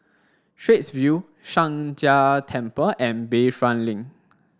Straits View Sheng Jia Temple and Bayfront Link